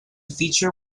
feature